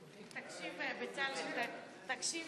תודה